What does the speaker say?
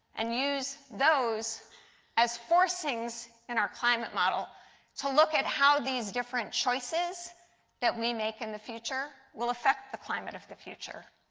and use those as for scenes in our climate model to look at how these different choices that we make in the future will affect the climate of the future.